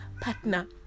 partner